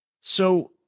So-